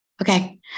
Okay